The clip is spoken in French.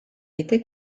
était